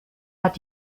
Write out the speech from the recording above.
hat